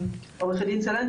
עורכת הדין סלנט,